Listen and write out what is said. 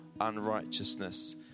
unrighteousness